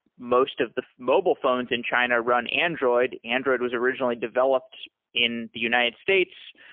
most of the mobile phones in china run android. android was originally developed in the united states,